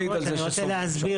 יש טווח,